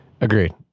Agreed